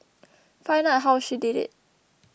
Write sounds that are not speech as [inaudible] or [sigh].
[noise] find out how she did it